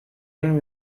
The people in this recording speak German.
dem